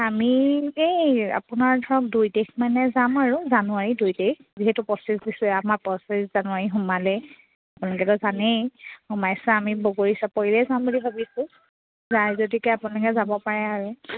আমি এই আপোনাৰ ধৰক দুই তাৰিখ মানে যাম আৰু জানুৱাৰী দুই তাৰিখ যিহেতু পঁচিছ ডিচে আমাৰ পঁচিছ জানুৱাৰী সোমালেই আপোনালোকেতো জানেই সোমাছে আমি বগৰী চাপৰিলৈ যাম বুলি ভাবিছোঁ যায় যদিহে আপোনালোকে যাব পাৰে আৰু